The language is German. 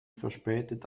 verspätet